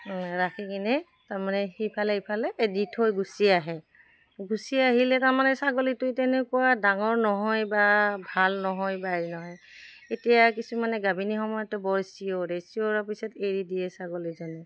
ৰাখি কিনে তাৰমানে সিফালে ইফালে এ দি থৈ গুচি আহে গুচি আহিলে তাৰমানে ছাগলীটোৱে তেনেকুৱা ডাঙৰ নহয় বা ভাল নহয় বা হেৰি নহয় এতিয়া কিছুমানে গাভিনী সময়তো বৰ চিঞৰে চিঞৰাৰ পিছত এৰি দিয়ে ছাগলীজনী